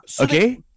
Okay